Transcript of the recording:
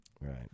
Right